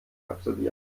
absolvieren